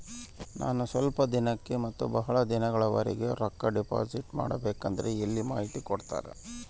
ನಾನು ಸ್ವಲ್ಪ ದಿನಕ್ಕ ಮತ್ತ ಬಹಳ ದಿನಗಳವರೆಗೆ ರೊಕ್ಕ ಡಿಪಾಸಿಟ್ ಮಾಡಬೇಕಂದ್ರ ಎಲ್ಲಿ ಮಾಹಿತಿ ಕೊಡ್ತೇರಾ?